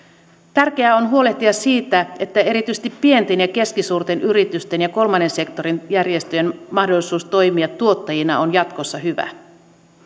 tärkeää on huolehtia siitä että erityisesti pienten ja keskisuurten yritysten ja kolmannen sektorin järjestöjen mahdollisuus toimia tuottajina on jatkossa hyvä